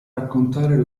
raccontare